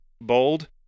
bold